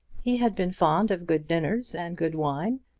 he had been fond of good dinners and good wine,